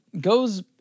goes